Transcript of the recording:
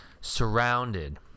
Surrounded